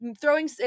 throwing